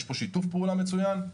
שיתוף פעולה מצוין,